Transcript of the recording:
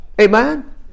Amen